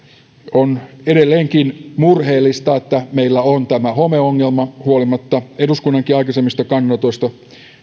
on edelleenkin murheellista että meillä on tämä homeongelma huolimatta eduskunnankin aikaisemmista kannanotoista